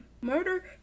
murder